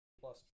plus